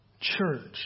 church